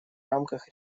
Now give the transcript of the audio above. рамках